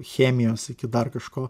chemijos iki dar kažko